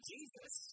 Jesus